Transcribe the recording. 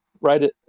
right